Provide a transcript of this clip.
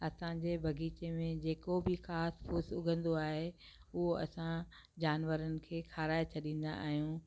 असांजे बगीचे में जेको बि घास फ़ूस उगंदो आहे उहो असां जानवरनि खे खाराए छॾींदा आयूं